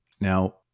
Now